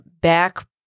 back